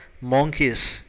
monkeys